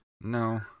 No